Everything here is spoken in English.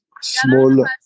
Small